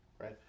right